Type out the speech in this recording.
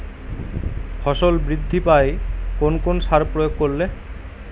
ফসল বৃদ্ধি পায় কোন কোন সার প্রয়োগ করলে?